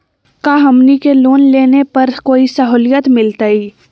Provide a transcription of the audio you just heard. का हमनी के लोन लेने पर कोई साहुलियत मिलतइ?